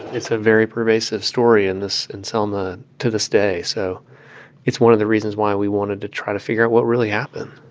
it's a very pervasive story in this in selma to this day, so it's one of the reasons why we wanted to try to figure out what really happened